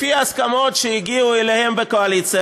לפי ההסכמות שהגיעו אליהן בקואליציה,